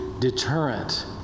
deterrent